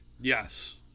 Yes